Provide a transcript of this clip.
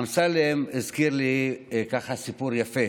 אמסלם הזכיר לי סיפור יפה.